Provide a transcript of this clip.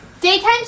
Daytime